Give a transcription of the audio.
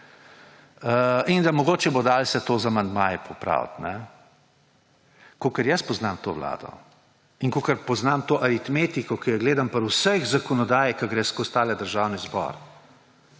In da mogoče se bo dalo to z amandmaji popraviti. Kolikor jaz poznam to vlado in kolikor poznam to artimetiko, ki jo gledam pri vsej zakonodaji, ki gre skozi tale državni zbor: